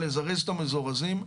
לזרז את המזורזים.